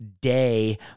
day